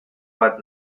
bat